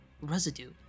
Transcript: residue